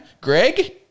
Greg